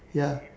ya